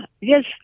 Yes